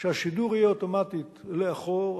כשהשידור יהיה אוטומטית לאחור,